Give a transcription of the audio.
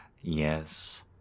Yes